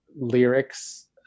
lyrics